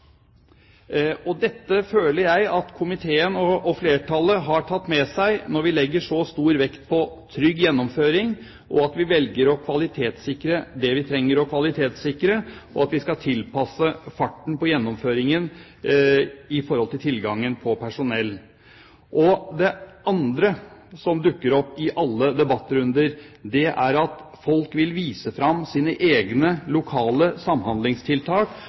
Dette føler jeg at komiteen og flertallet har tatt med seg når vi legger så stor vekt på trygg gjennomføring, at vi velger å kvalitetssikre det vi trenger å kvalitetssikre, og at vi skal tilpasse farten på gjennomføringen i forhold til tilgangen på personell. Det andre som dukker opp i alle debattrunder, er at folk vil vise fram sine egne, lokale samhandlingstiltak,